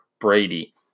Brady